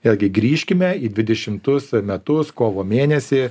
vėlgi grįžkime į dvidešimtus metus kovo mėnesį